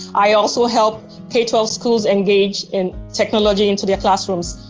i also help k twelve schools engage in technology into their classrooms.